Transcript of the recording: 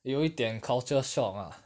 有一点 culture shock lah